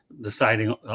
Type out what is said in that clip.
deciding